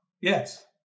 Yes